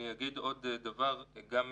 אדם